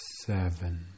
seven